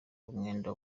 umwenda